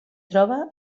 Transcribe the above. troba